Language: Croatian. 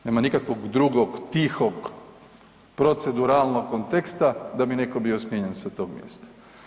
Nema nikakvog drugog tihog proceduralnog konteksta da bi netko bio smijenjen sa tog mjesta.